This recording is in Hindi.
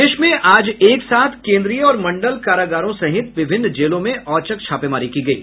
प्रदेश में आज एक साथ केन्द्रीय और मंडल कारागारों सहित विभिन्न जेलों में औचक छापेमारी की गयी